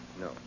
no